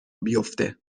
بیفته